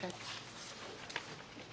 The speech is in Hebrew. מכס שונים שלגביהם יהיו שלוש פעימות של